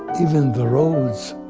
even the roads.